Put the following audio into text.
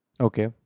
Okay